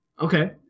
Okay